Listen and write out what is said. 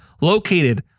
located